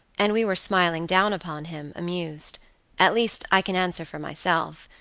and we were smiling down upon him, amused at least, i can answer for myself.